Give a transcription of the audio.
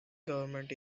government